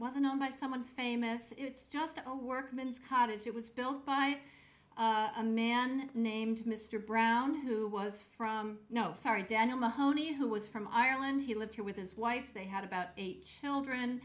wasn't known by someone famous it's just a workman's cottage it was built by a man named mr brown who was from no sorry daniel mahoney who was from ireland he lived with his wife they had about eight children